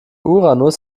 uranus